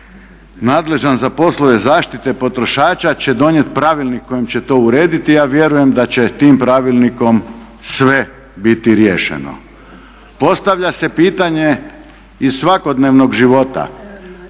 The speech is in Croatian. nadležan za poslove zaštite potrošača će donijet pravilnik kojim će to uredit i ja vjerujem da će tim pravilnikom sve biti riješeno. Postavlja se pitanje iz svakodnevnog života,